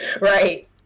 Right